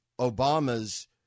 Obama's